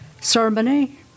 ceremony